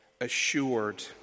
assured